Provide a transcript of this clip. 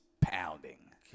pounding